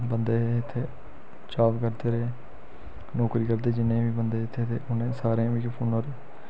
बंदे इत्थै जाब करदे रेह् नौकरी करदे जिन्ने बी बंदे इत्थै ते उनें सारें मिकी फोनै''र